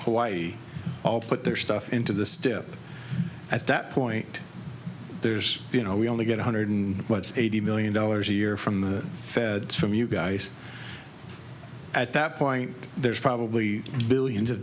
hawaii all put their stuff into the step at that point there's you know we only get one hundred eighty million dollars a year from the feds from you guys at that point there's probably billions of